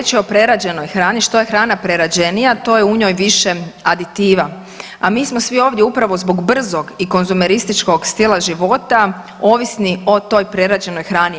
Da, riječ je o prerađenoj hrani, što je hrana prerađenija to je u njoj više aditiva, a mi smo svi ovdje upravo zbog brzog i konzumerističkog stila život ovisni o toj prerađenoj hrani.